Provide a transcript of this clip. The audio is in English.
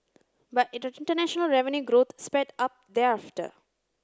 but international revenue growth sped up thereafter